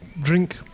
drink